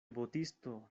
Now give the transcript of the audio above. botisto